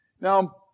Now